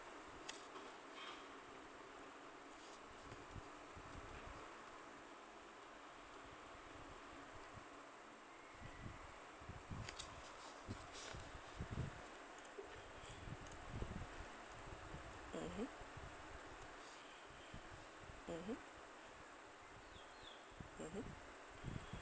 mmhmm mmhmm mmhmm